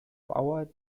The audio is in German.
bauer